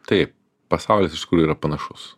taip pasaulis iš tikrųjų yra panašus